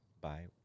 bye